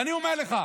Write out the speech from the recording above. ואני אומר לך,